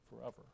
forever